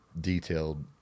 detailed